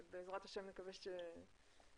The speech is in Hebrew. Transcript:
שבעזרת ה' נקווה שתיפתח,